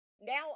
now